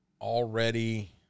already